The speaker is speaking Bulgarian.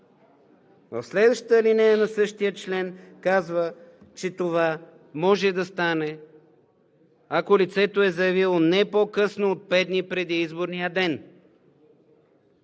Следващата алинея на същия член казва, че това може да стане, ако лицето е заявило не по-късно от пет дни преди изборния ден.